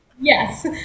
Yes